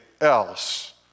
else